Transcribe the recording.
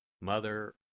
Mother